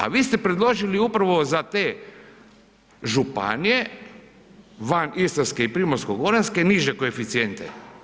A vi ste predložili upravo za te županije van Istarske i Primorsko-goranske, niže koeficijente.